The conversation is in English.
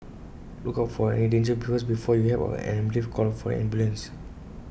look out for any danger first before you help out and immediately call for an ambulance